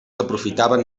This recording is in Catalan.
aprofitaven